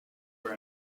were